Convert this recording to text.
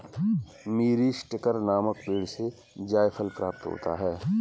मीरीस्टिकर नामक पेड़ से जायफल प्राप्त होता है